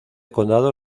condado